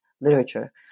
literature